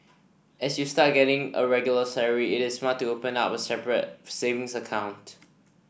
as you start getting a regular salary it is smart to open up with a separate savings account